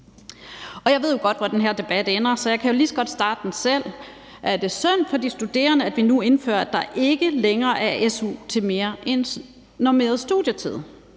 Jeg ved jo godt, hvor den her debat ender, så jeg kan jo lige så godt starte den selv: Er det synd for de studerende, at vi nu indfører, at der ikke længere er su til mere end normeret studietid?